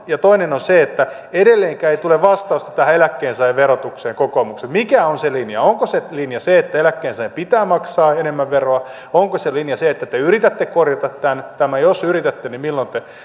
ja sitten edelleenkään ei tule vastausta tähän eläkkeensaajan verotukseen kokoomukselta mikä on se linja onko se linja se että eläkkeensaajan pitää maksaa enemmän veroa onko se linja se että te yritätte korjata tämän jos yritätte niin milloin